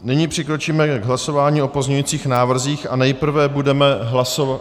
Nyní přikročíme k hlasování o pozměňovacích návrzích a nejprve budeme hlasovat...